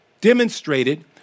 demonstrated